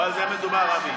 לא על זה מדובר, אבי.